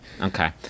Okay